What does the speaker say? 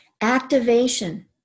activation